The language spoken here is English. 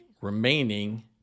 remaining